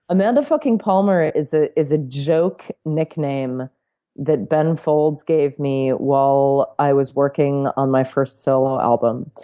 amanda fucking palmer is ah is a joke nickname that ben folds gave me while i was working on my first solo album.